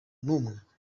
n’umwe